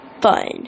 fun